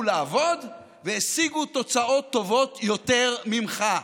לעבוד והשיגו תוצאות טובות יותר ממך.